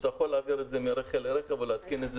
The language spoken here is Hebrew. אתה יכול להעביר את זה מרכב לרכב ולהתקין את זה